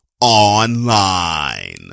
online